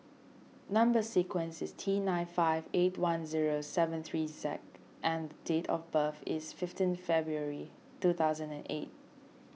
Number Sequence is T nine five eight one zero seven three Z and date of birth is fifteen February two thousand and eight